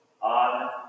on